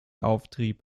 auftrieb